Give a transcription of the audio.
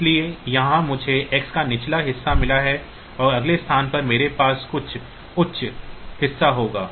इसलिए यहां मुझे X का निचला हिस्सा मिला है और अगले स्थान पर मेरे पास इसका उच्च हिस्सा होगा